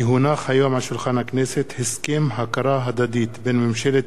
כי הונח היום על שולחן הכנסת הסכם הכרה הדדית בין ממשלת